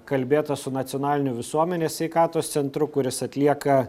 kalbėta su nacionaliniu visuomenės sveikatos centru kuris atlieka